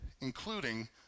including